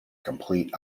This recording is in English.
complete